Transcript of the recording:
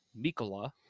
Mikola